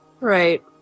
Right